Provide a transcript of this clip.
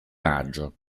maggio